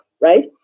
right